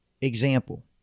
example